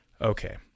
Okay